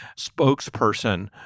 spokesperson